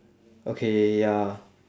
okay ya